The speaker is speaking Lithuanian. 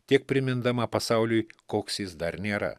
tiek primindama pasauliui koks jis dar nėra